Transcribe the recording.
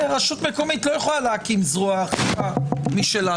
רשות אכיפה מקומת לא יכולה להקים זרוע אכיפה משלה.